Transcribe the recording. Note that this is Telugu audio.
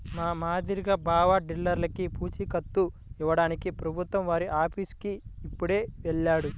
మా యాదగిరి బావ బిడ్డర్లకి పూచీకత్తు ఇవ్వడానికి ప్రభుత్వం వారి ఆఫీసుకి ఇప్పుడే వెళ్ళాడు